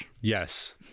Yes